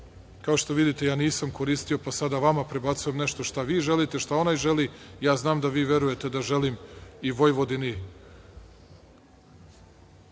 kao što vidite, nisam koristio pa sada vama prebacujem nešto šta vi želite, šta onaj želi, znam da verujete da želim i Vojvodini